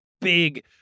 big